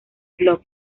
blog